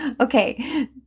Okay